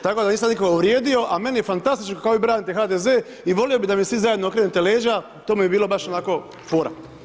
Tako da nisam nikoga uvrijedio, a meni je fantastično kako vi branite HDZ i volio bi da mi svi zajedno okrenete leđa, to bi mi bilo baš onako fora.